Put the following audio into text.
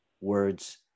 words